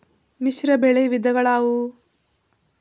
ಮಿಶ್ರಬೆಳೆ ವಿಧಗಳಾವುವು?